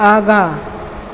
आगाँ